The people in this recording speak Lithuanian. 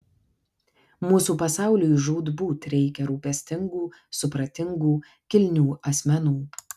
mūsų pasauliui žūtbūt reikia rūpestingų supratingų kilnių asmenų